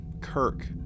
Kirk